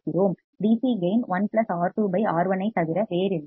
DC கேயின் 1 R2 R1 ஐத் தவிர வேறில்லை